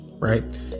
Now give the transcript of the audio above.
right